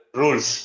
rules